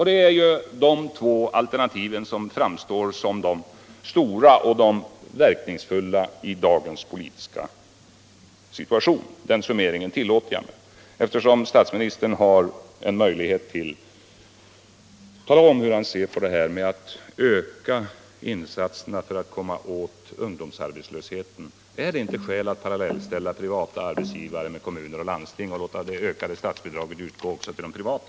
Det är de två alternativen som framstår som de stora och betydelsefulla i dagens politiska situation. Den summeringen tillåter jag mig. Och eftersom statsministern har en möjlighet till att tala om hur han ser på det här med att öka insatserna för att komma åt ungdomsarbetslösheten: Är det inte skäl att parallellställa privata arbetsgivare med kommuner och landsting och låta det ökade statsbidraget utgå också till de privata?